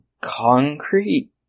concrete